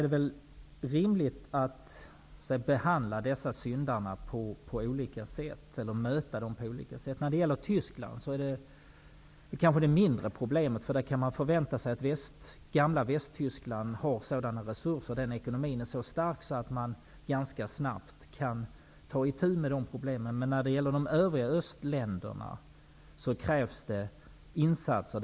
Det är rimligt att bemöta dessa syndare på olika sätt. Tyskland utgör nog ett mindre problem. Man kan förvänta sig att det gamla Västtyskland har sådana resurser, dvs. ekonomin är så stark, att det går att ganska snabbt ta itu med utsläppen. När det gäller de övriga öststaterna krävs det insatser.